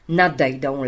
nadejdą